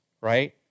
right